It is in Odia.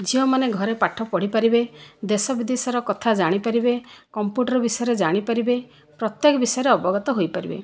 ଝିଅମାନେ ଘରେ ପାଠ ପଢ଼ି ପାରିବେ ଦେଶ ବିଦେଶର କଥା ଜାଣି ପାରିବେ କମ୍ପ୍ୟୁଟର ବିଷୟରେ ଜାଣିପାରିବେ ପ୍ରତ୍ୟେକ ବିଷୟରେ ଅବଗତ ହୋଇପାରିବେ